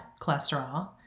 cholesterol